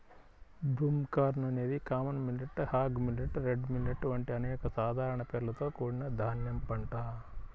broomcorn అనేది common millet, hog millet, red millet వంటి అనేక సాధారణ పేర్లతో కూడిన ధాన్యం పంట